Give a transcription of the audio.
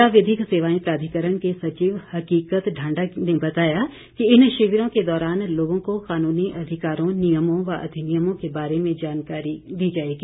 ज़िला विधिक सेवाएं प्राधिकरण के सचिव हकीकत ढांडा ने बताया कि इन शिविरों के दौरान लोगों को कानूनी अधिकारों नियमों व अधिनियमों के बारे में जानकारी दी जाएगी